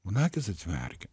man akys atsimerkė